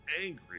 angry